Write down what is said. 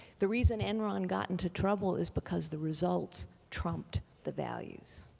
the reason enron got into trouble is because the results trumped the values.